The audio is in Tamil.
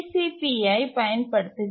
பியைப் பயன்படுத்துகின்றன